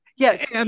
Yes